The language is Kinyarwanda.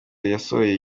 yasohoye